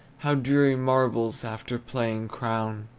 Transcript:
how dreary marbles, after playing crown!